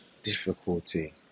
Difficulty